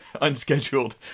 unscheduled